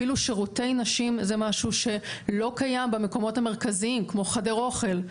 אפילו שירותי נשים זה משהו שלא קיים במקומות המרכזיים כמו חדר אוכל.